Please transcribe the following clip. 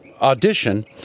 audition